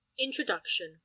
Introduction